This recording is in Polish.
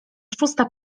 szósta